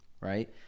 right